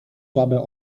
słabe